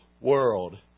world